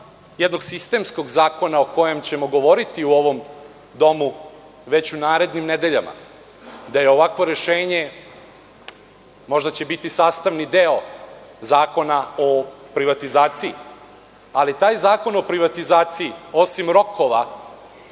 jednog sistemskog zakona o kojem ćemo govoriti u ovom domu već u narednim nedeljama, da će ovakvo rešenje možda biti sastavni deo zakona o privatizaciji, ali taj zakon o privatizaciji, osim rokova